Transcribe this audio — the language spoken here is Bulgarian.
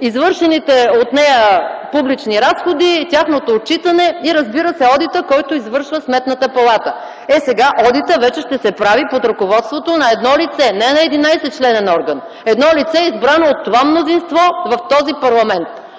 извършените от нея публични разходи, тяхното отчитане и, разбира се, одитът, който извършва Сметната палата. Сега одитът вече ще се прави под ръководството на едно лице, а не на 11 членен орган. Едно лице, избрано от това мнозинство, от този парламент.